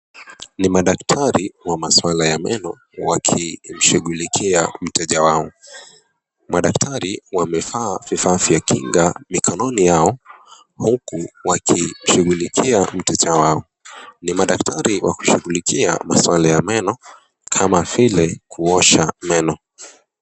Ni madaktari wa maswala ya meno wakimshugulikia mteja wao, madaktari wanevaa vifaa vya kinga mikononi yao huku wakishugulikia mteja wao. Ni madaktari wakushugulikia maswala ya meno kama vile kuosha meno.